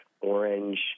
orange